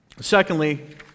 secondly